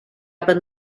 aber